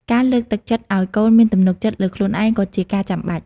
ការលើកទឹកចិត្តឱ្យកូនមានទំនុកចិត្តលើខ្លួនឯងក៏ជាការចាំបាច់។